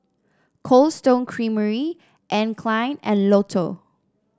Cold Stone Creamery Anne Klein and Lotto